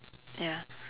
ya